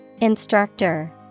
Instructor